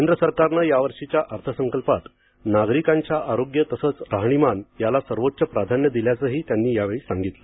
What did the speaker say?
केंद्र सरकारने या वर्षीच्या अर्थसंकल्पात नागरिकांच्या आरोग्य तसंच राहणीमान याला सर्वोच्च प्राधान्य दिल्याचंही त्यांनी यावेळी सांगितलं